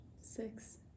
Six